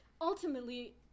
ultimately